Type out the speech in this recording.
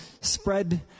spread